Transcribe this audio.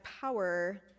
power